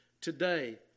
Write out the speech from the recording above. today